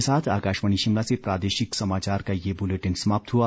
इसी के साथ आकाशवाणी शिमला से प्रादेशिक समाचार का ये बुलेटिन समाप्त हुआ